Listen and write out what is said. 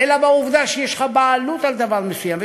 אלא בעובדה שיש לך בעלות על דבר מסוים,